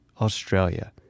Australia